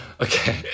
Okay